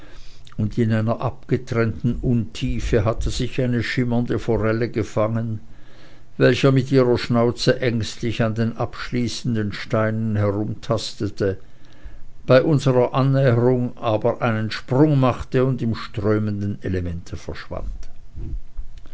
und in einer abgetrennten untiefe hatte sich eine schimmernde forelle gefangen welche mit ihrer schnauze ängstlich an den abschließenden steinen herumtastete bei unserer annäherung aber einen sprung machte und im strömenden elemente verschwand